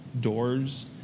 doors